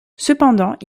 cependant